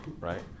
Right